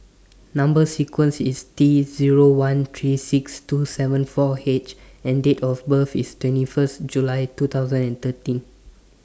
Number sequence IS T Zero one three six two seven four H and Date of birth IS twenty First July two thousand and thirteen